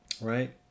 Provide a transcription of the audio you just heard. right